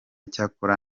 cyakora